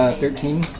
ah thirteen.